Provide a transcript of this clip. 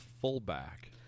fullback